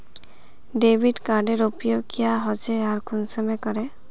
Credit कार्डेर उपयोग क्याँ होचे आर कुंसम करे?